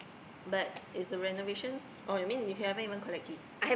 but is the renovation oh you mean you haven't even collect key